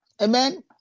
Amen